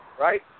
Right